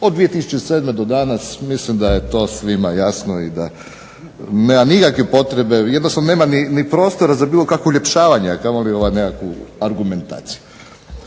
od 2007. do danas mislim da je to svima jasno i nema nikakve potrebe jednostavno nema ni prostora za bilo kakvo uljepšavanje, a kamoli nekakvu argumentaciju.